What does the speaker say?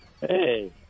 Hey